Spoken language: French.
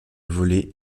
voler